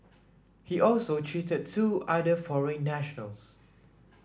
he also cheated two other foreign nationals